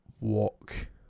walk